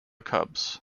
cubs